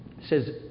says